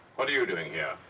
are you doing here?